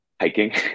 hiking